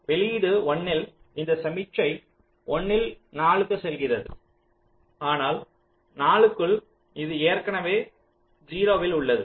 வெளியீடு 1 இல் இந்த சமிக்ஞை 1 இல் 4 க்கு செல்கிறது ஆனால் 4 க்குள் இது ஏற்கனவே 0 இல் உள்ளது